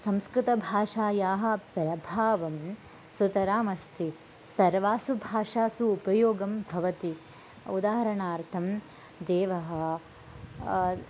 संस्कृतभाषायाः प्रभावं सुतराम् अस्ति सर्वासु भाषासु उपयोगं भवति उदाहरणार्थं देवः